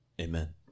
Amen